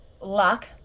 luck